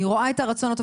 אני רואה את הרצון הטוב.